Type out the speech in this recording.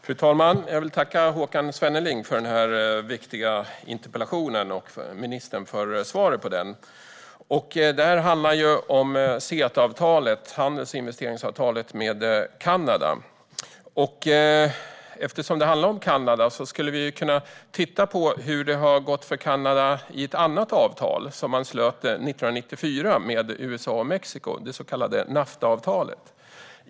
Fru talman! Jag vill tacka Håkan Svenneling för denna viktiga interpellation och ministern för svaret på den. Detta handlar ju om CETA, handels och investeringsavtalet med Kanada. Eftersom det handlar om Kanada skulle vi kunna titta på hur det har gått för Kanada i samband med ett annat avtal - det så kallade Naftaavtalet - som man slöt 1994 med USA och Mexiko.